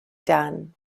done